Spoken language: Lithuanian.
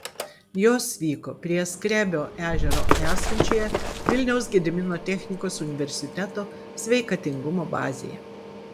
jos vyko prie skrebio ežero esančioje vilniaus gedimino technikos universiteto sveikatingumo bazėje